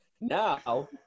Now